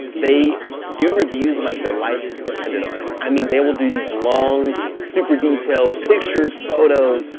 they do reviews like their life depended on it, i mean they will do these long super detailed pictures. photos,